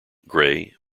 grey